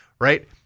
right